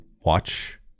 watch